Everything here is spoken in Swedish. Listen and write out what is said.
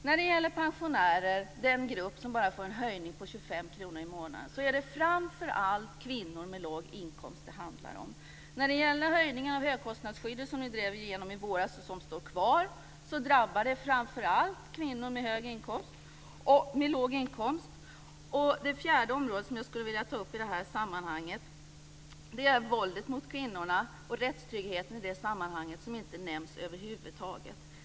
När det gäller pensionärer, den grupp som bara får en höjning med 25 kr i månaden, är det framför allt kvinnor med låg inkomst det handlar om. Höjningen av högkostnadsskyddet som drevs igenom i våras och som står kvar drabbar framför allt kvinnor med låg inkomst. Ytterligare ett område som jag skulle vilja ta upp i det här sammanhanget är våldet mot kvinnorna och rättstryggheten i det sammanhanget som inte nämns över huvud taget.